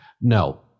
No